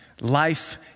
Life